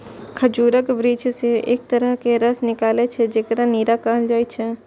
खजूरक वृक्ष सं एक तरहक रस निकलै छै, जेकरा नीरा कहल जाइ छै